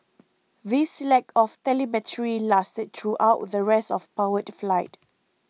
this lack of telemetry lasted throughout the rest of powered flight